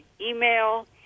email